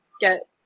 get